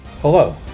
Hello